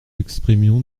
exprimions